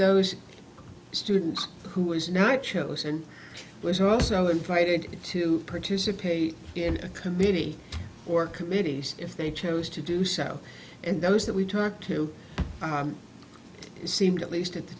those students who was not chosen was also invited to participate in a committee or committees if they chose to do so and those that we talked to seemed at least at the